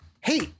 Hey